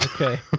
Okay